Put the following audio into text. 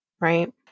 right